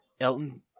Elton